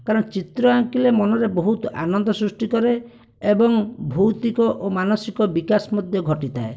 କାରଣ ଚିତ୍ର ଆଙ୍କିଲେ ମନରେ ବହୁତ ଆନନ୍ଦ ସୃଷ୍ଟି କରେ ଏବଂ ଭୌତିକ ଓ ମାନସିକ ବିକାଶ ମଧ୍ୟ ଘଟିଥାଏ